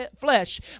flesh